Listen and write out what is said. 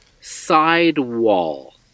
sidewall